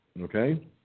Okay